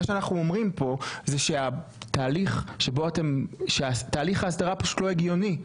מה שאנחנו אומרים פה זה שהתהליך ההסדרה פשוט לא הגיוני,